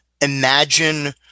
imagine